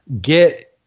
get